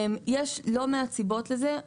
יש לא מעט סיבות לזה.